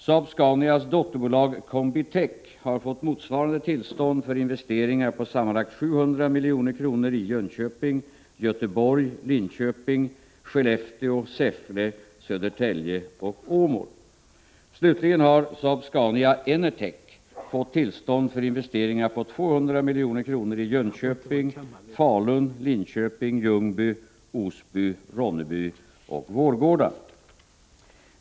Saab-Scanias dotterbolag Saab-Scania Combitech får motsvarande tillstånd för investeringar på sammanlagt 700 milj.kr. i Jönköping, Göteborg, Linköping, Skellefteå, Säffle, Södertälje och Åmål. Slutligen har SAAB-SCANIA ENERTECH fått tillstånd för investeringar på 200 milj.kr. i Jönköping, Falun, Linköping, Ljungby, Osby, Ronneby och Vårgårda.